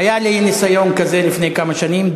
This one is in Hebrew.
היה לי ניסיון כזה לפני כמה שנים,